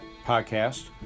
podcast